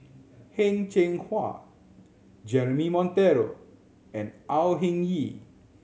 Heng Cheng Hwa Jeremy Monteiro and Au Hing Yee